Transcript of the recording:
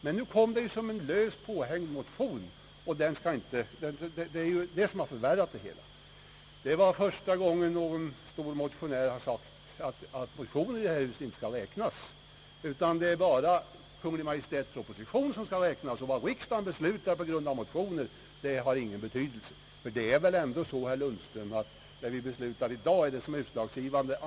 Men nu kom det som en löst påhängd motion, och det är det som har förvärrat saken. Det var första gången någon stor motionär har sagt, att motioner i detta hus inte skall räknas utan att bara Kungl. Maj:ts proposition skall räknas! Det är väl ändå så, herr Lundström, att vad vi beslutar i dag är utslagsgivande.